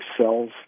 cells